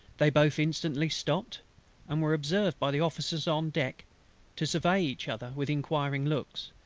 they both instantly stopped and were observed by the officers on deck to survey each other with inquiring looks,